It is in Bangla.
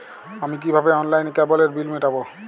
আমি কিভাবে অনলাইনে কেবলের বিল মেটাবো?